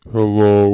Hello